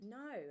no